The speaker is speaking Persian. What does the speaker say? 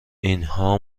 اینها